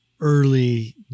early